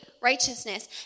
righteousness